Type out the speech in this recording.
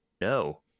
no